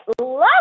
love